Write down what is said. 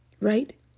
right